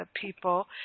people